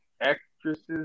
actresses